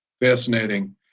Fascinating